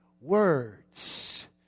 words